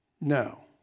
no